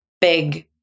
big